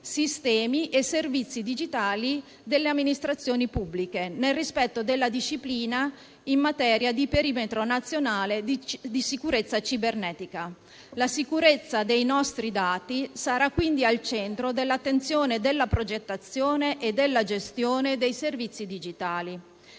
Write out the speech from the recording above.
sistemi e servizi digitali delle amministrazioni pubbliche, nel rispetto della disciplina in materia di perimetro nazionale di sicurezza cibernetica. La sicurezza dei nostri dati sarà quindi al centro dell'attenzione, della progettazione e della gestione dei servizi digitali.